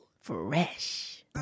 Fresh